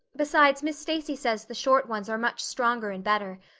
besides, miss stacy says the short ones are much stronger and better.